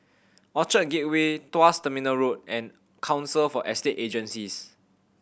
Orchard Gateway Tuas Terminal Road and Council for Estate Agencies